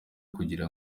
kugira